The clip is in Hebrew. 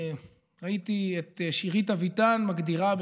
ראיתי את שירית אביטן מגדירה,